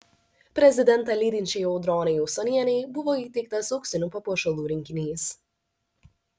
prezidentą lydinčiai audronei usonienei buvo įteiktas auksinių papuošalų rinkinys